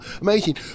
Amazing